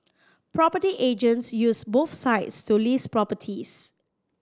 property agents use both sites to list properties